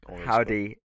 Howdy